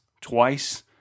twice